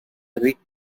rick